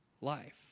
life